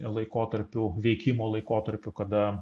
laikotarpiu veikimo laikotarpiu kada